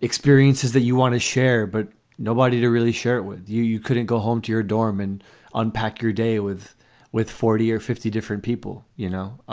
experiences that you want to share, but nobody to really share it with you. you couldn't go home to your dorm and unpack your day with with forty or fifty different people, you know?